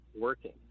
working